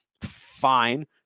fine